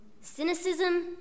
Cynicism